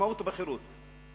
בעצמאות ובחירות.